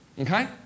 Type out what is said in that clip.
Okay